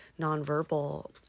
nonverbal